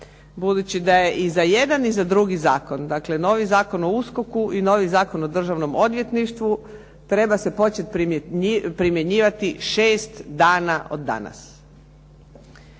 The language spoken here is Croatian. budući da je i za jedan i za drugi zakon, dakle novi Zakon o USKOK-u i novi Zakon o državnom odvjetništvu, treba se početi primjenjivati šest dana od danas.